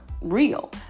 real